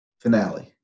finale